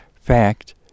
fact